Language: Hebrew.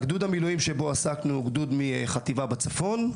גדוד המילואים שבו עסקנו הוא גדוד מחטיבה בצפון.